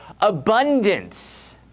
abundance